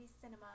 Cinema